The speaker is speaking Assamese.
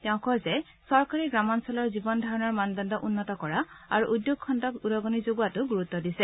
তেওঁ কয় যে চৰকাৰে গ্ৰামাঞ্চলৰ জীৱন ধাৰণৰ মানদণ্ড উন্নত কৰা আৰু উদ্যোগ খণ্ডক উদাণি যোগোৱাতো গুৰুত্ দিছে